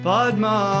Padma